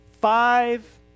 Five